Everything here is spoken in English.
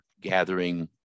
gathering